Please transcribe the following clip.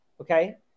Okay